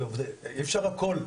אי אפשר הכל,